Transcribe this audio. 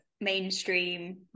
mainstream